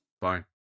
Fine